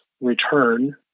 return